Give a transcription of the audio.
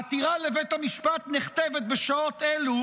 העתירה לבית המשפט נכתבת בשעות אלו,